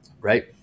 Right